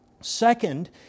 Second